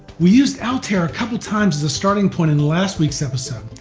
we used altair a couple times as a starting point in last week's episode,